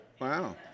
Wow